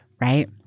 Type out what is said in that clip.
right